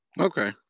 Okay